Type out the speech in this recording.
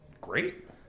Great